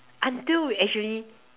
until we actually